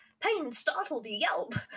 pain-startled-yelp